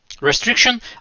Restriction